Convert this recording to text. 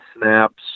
snaps